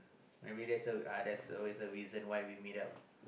I mean there's a uh there's always a reason why we meet up